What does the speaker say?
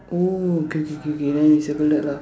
oh okay okay okay okay then we circle that lah